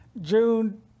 June